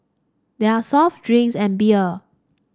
there are soft drinks and beer